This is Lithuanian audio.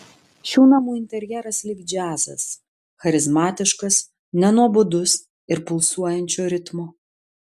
šių namų interjeras lyg džiazas charizmatiškas nenuobodus ir pulsuojančio ritmo